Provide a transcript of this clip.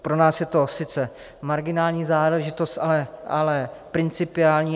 Pro nás je to sice marginální záležitost, ale principiální.